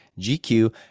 GQ